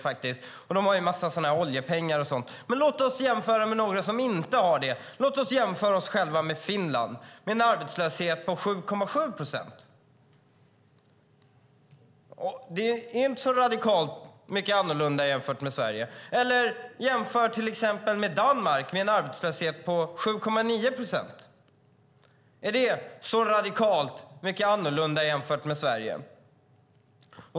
De har också en massa oljepengar och sådant. Men låt oss jämföra oss med några som inte har det. Låt oss jämföra oss själva med Finland, med en arbetslöshet på 7,7 procent. Det är inte så radikalt mycket annorlunda jämfört med Sverige. Eller jämför till exempel med Danmark, med en arbetslöshet på 7,9 procent! Är det så radikalt mycket annorlunda jämfört med Sverige?